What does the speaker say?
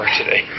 today